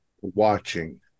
Watching